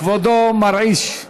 כבודו מרעיש.